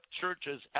churches